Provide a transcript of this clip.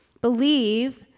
Believe